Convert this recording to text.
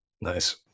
Nice